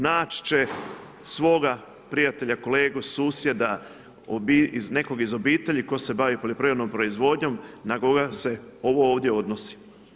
Naći će svoga prijatelja, kolegu, susjeda, nekog iz obitelji tko se bavi poljoprivrednom proizvodnjom na koga se ovo ovdje odnosi.